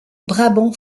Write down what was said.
brabant